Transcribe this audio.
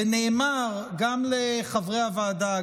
ונאמר גם לחברי הוועדה,